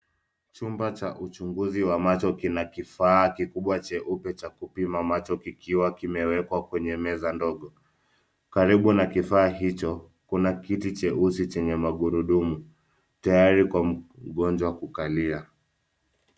Chumba cha uchunguzi wa macho kina kifa kikubwa cheupe cha kupima macho kikiwa kimewekwa kwenye meza ndogo. Karibu na kifaa hicho kuna kiti cheusi chenye magurudumu tayari kwa mgonjwa kukalia.